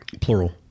plural